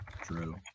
True